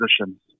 positions